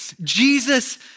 Jesus